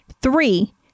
Three